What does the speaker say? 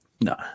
no